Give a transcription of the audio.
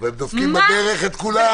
הם דופקים בדרך את כולם.